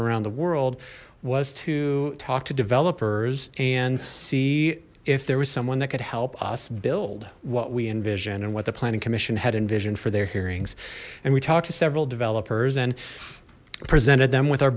around the world was to talk to developers and see if there was someone that could help us build what we envision and what the planning commission had envisioned for their hearings and we talked to several developers and presented them with our